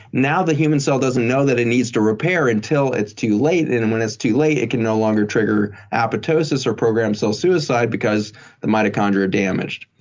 now, the human cell doesn't know that it needs to repair until it's too late. and when it's too late, it can no longer trigger apoptosis or program cell suicide because the mitochondria are damaged.